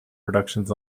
productions